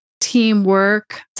teamwork